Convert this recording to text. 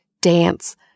dance